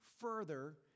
further